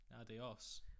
Adios